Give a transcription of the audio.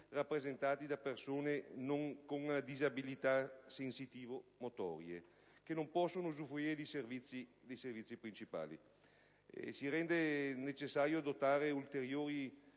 rappresentati dalle persone con disabilità sensitivo-motorie che non possono usufruire dei servizi principali. Si rende pertanto necessario adottare ulteriori